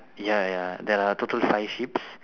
ya ya there are total five sheeps